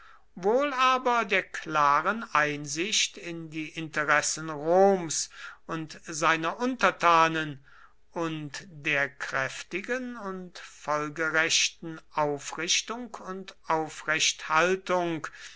wohl aber der klaren einsicht in die interessen roms und seiner untertanen und der kräftigen und folgerechten aufrichtung und